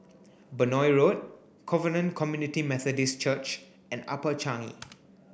Benoi Road Covenant Community Methodist Church and Upper Changi